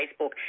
Facebook